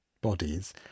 bodies